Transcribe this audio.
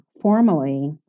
formally